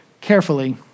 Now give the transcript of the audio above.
carefully